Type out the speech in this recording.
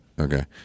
Okay